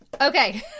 Okay